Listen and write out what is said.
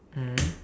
mm